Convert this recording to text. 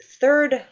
third